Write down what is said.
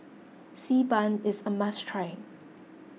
Xi Ban is a must try